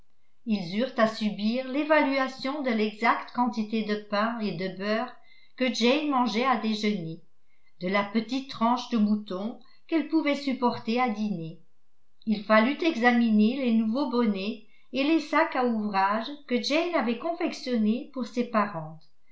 ils eurent à subir l'évaluation de l'exacte quantité de pain et de beurre que jane mangeait à déjeuner de la petite tranche de mouton qu'elle pouvait supporter à dîner il fallut examiner les nouveaux bonnets et les sacs à ouvrage que jane avait confectionnés pour ses parentes